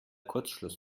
kurzschluss